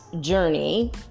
journey